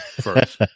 first